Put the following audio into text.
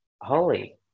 holy